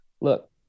look